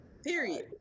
period